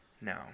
No